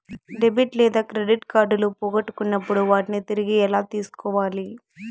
debit లేదా credit కార్డులు పోగొట్టుకున్నప్పుడు వాటిని తిరిగి ఎలా తీసుకోవాలి